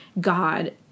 God—